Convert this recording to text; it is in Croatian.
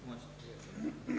Hvala vama.